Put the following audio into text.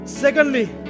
Secondly